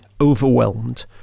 overwhelmed